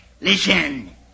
Listen